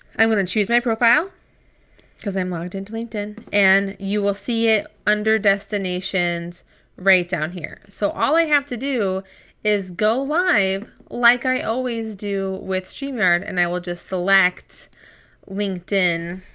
i'm gonna and choose my profile because i'm logged into linkedin. and you will see it under destinations right down here. so all i have to do is go live like i always do with streamyard and i will just select linkedin.